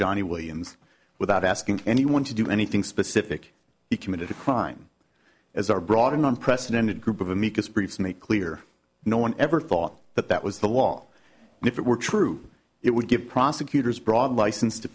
johnny williams without asking anyone to do anything specific he committed a crime as are broad an unprecedented group of amicus briefs made clear no one ever thought that that was the wall and if it were true it would give prosecutors broad license to